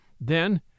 Then